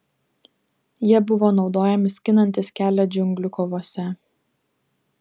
jie buvo naudojami skinantis kelią džiunglių kovose